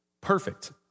perfect